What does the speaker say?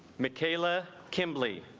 michaela kimberly